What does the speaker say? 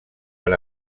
per